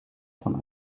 van